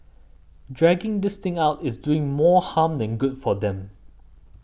dragging this thing out is doing more harm than good for them